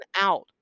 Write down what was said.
out